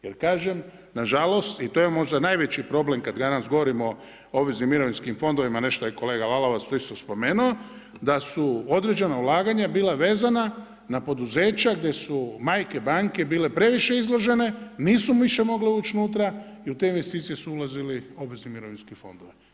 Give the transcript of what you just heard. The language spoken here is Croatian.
Jer kažem, nažalost i to je možda najveći problem kad danas govorimo o obveznim mirovinskim fondovima, nešto je kolega Lalovac tu isto spomenuo, da su određena ulaganja bila vezana na poduzeća gdje su majke banke bile previše izložene, nisu više mogle ući unutra i u te investicije su ulazili obvezni mirovinski fondovi.